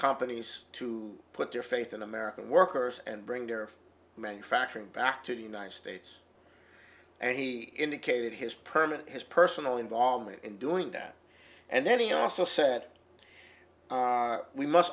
companies to put their faith in american workers and bring their manufacturing back to the united states and he indicated his permanent his personal involvement in doing that and then he also said we must